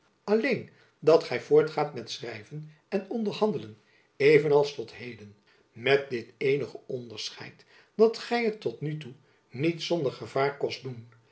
alleen dat gy voortgaat met schrijven en onderhandelen even als tot heden met dit eenige onderscheid dat gy het tot nu toe niet zonder gevaar kost doen